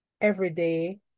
everyday